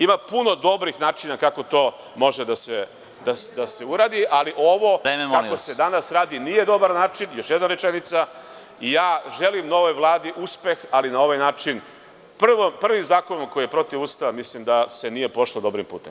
Ima puno dobrih načina kako to može da se uradi, ali ovo kako se danas radi nije dobar način i ja želim novoj Vladi uspeh, ali na ovaj način, prvim zakonom koji je protiv Ustava, mislim da se nije pošlo dobrim putem.